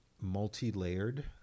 multi-layered